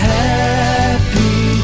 happy